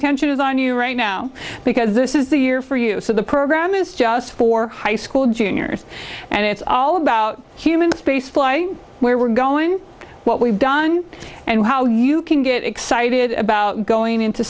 attention is on you right now because this is the year for you so the program is just for high school juniors and it's all about human space flight where we're going what we've done and how you can get excited about going into